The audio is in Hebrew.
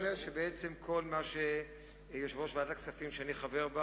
שכל מה שאמר יושב-ראש ועדת הכספים, שאני חבר בה